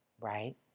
Right